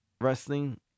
wrestling